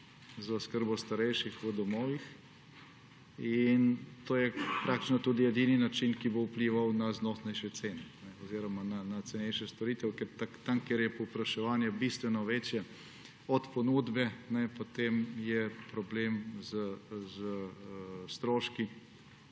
za oskrbo starejših v domovih. To je praktično tudi edini način, ki bo vplival na znosnejše cene oziroma na cenejše storitve. Tam, kjer je povpraševanje bistveno večje od ponudbe, je potem problem s stroški